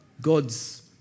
God's